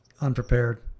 Unprepared